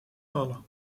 vallen